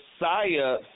messiah